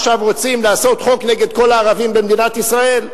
עכשיו רוצים לעשות חוק נגד כל הערבים במדינת ישראל?